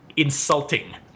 Insulting